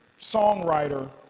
songwriter